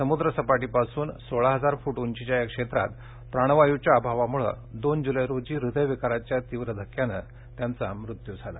समुद्रसपाटीपासून सोळा हजार फूट उंचीच्या या क्षेत्रात प्राणवायूच्या अभावामुळे दोन जुलै रोजी हृदयविकाराच्या तीव्र धक्क्यानं त्यांचा मृत्यू झाला